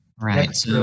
right